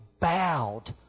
bowed